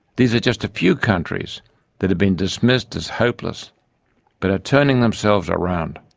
these are just a few countries that have been dismissed as hopeless but are turning themselves around.